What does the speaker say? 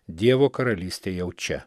dievo karalystė jau čia